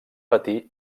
patir